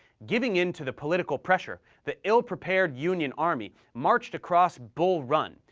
giving in to the political pressure, the ill-prepared union army marched across bull run,